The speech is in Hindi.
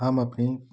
हम अपनी